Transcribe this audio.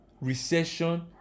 recession